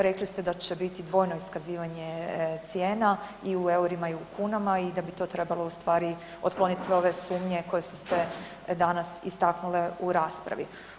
Rekli ste da će biti dvojno iskazivanje cijena i u eurima i u kunama i da bi to trebalo ustvari otkloniti sve ove sumnje koje su se danas istaknule u raspravi.